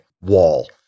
wall